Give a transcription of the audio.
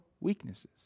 weaknesses